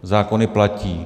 Zákony platí.